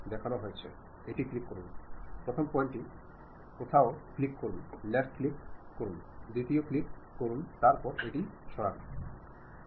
ഒടുവിൽ മറുവശത്ത് അയച്ചയാൾ കാത്തിരിക്കുന്നു അവൻ യഥാർത്ഥത്തിൽ ഫീഡ് ബാക്കിനായി കാത്തിരിക്കുകയാണ് മാത്രമല്ല ആശയവിനിമയ പ്രക്രിയ പൂർത്തിയായി എന്ന് പറയാൻ ഫീഡ് ബാക്ക് മാത്രമാണുള്ളത്